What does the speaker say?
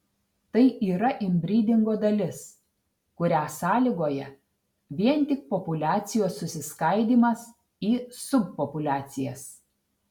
tai yra inbrydingo dalis kurią sąlygoja vien tik populiacijos susiskaidymas į subpopuliacijas